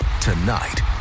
Tonight